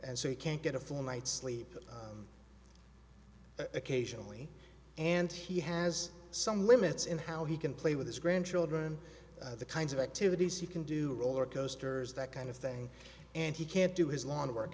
and so he can't get a full night's sleep occasionally and he has some limits in how he can play with his grandchildren the kinds of activities he can do rollercoasters that kind of thing and he can't do his lawn work